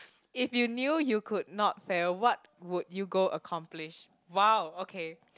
if you knew you could not fail what would you go accomplish !wow! okay